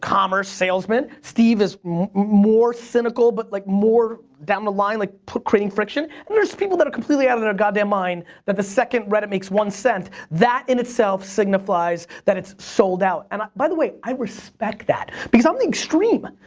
commerce salesman. steve is more cynical, but like more down the line like creating friction and there's people that are completely out of their goddamn mind that the second reddit makes one cent that in itself signifies that it sold out. and by the way i respect that because i'm the extreme.